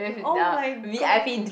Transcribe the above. oh my god